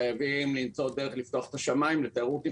חייבים למצוא דרך לפתוח את השמיים לתיירות נכנסת.